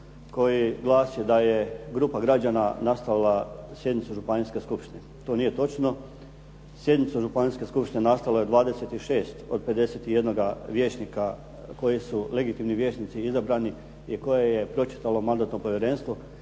koji glasi da je grupa građana nastavila sjednicu županijske skupštine. To nije točno. Sjednicu županijske skupštine nastavilo je 26 od 51 vijećnika koji su legitimni vijećnici izabrani i koje je pročitalo mandatno povjerenstvo